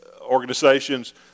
organizations